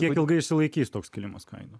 kiek ilgai išsilaikys toks kilimas kainų